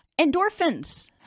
Endorphins